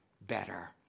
better